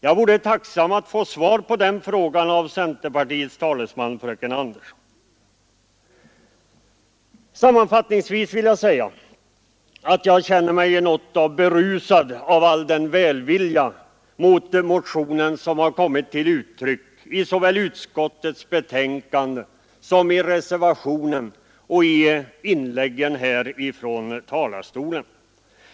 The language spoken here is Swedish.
Jag vore tacksam för att få svar på den frågan av centerpartiets företrädare fröken Andersson. Sammanfattningsvis vill jag säga att jag känner mig nära nog berusad av all välvilja mot motionen som har kommit till uttryck såväl i utskottets betänkande som i reservationerna och i inläggen från denna talarstol.